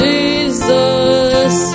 Jesus